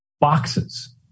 boxes